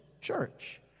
church